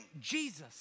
Jesus